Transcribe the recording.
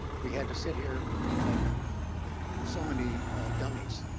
we had to sit here like so many dummies,